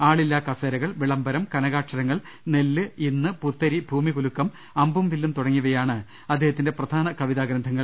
ആളില്ലാ കസേരകൾ വിളംമ്പരം കനകാക്ഷരങ്ങൾ നെല്ല് ഇന്ന് പുത്തരി ഭൂമിക്കുലുക്കം അമ്പുംവില്ലും തുടങ്ങിയവയാണ് അദ്ദേഹ ത്തിന്റെ കവിതാഗ്രന്ഥങ്ങൾ